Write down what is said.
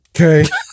Okay